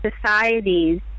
societies